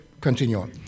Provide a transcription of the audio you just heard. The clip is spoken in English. continue